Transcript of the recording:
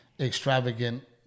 extravagant